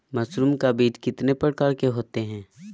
Mushroom का बीज कितने प्रकार के होते है?